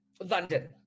London